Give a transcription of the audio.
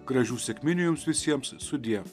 gražių sekminių jums visiems sudiev